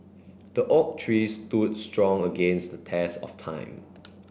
the oak tree stood strong against the test of time